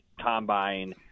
combine